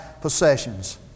possessions